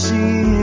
See